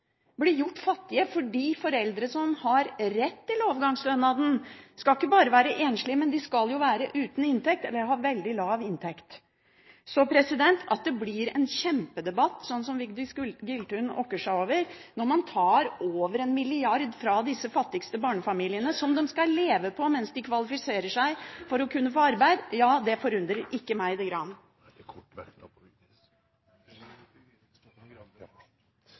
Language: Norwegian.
blir gjort fattige, fordi foreldre som har rett til overgangsstønad, ikke bare skal være enslige, men de skal jo være uten inntekt eller ha veldig lav inntekt. Så at det blir en kjempedebatt – som Vigdis Giltun okker seg over – når man tar over en milliard fra disse fattigste barnefamiliene, som de skal leve på mens de kvalifiserer seg til å kunne få arbeid, det forundrer ikke meg det